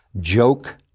joke